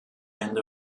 end